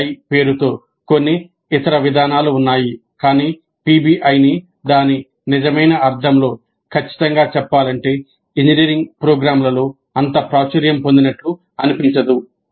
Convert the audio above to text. PBI పేరుతో కొన్ని ఇతర విధానాలు ఉన్నాయి కాని పిబిఐని దాని నిజమైన అర్థంలో ఖచ్చితంగా చెప్పాలంటే ఇంజనీరింగ్ ప్రోగ్రామ్లలో అంత ప్రాచుర్యం పొందినట్లు అనిపించదు